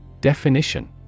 Definition